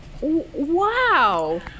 Wow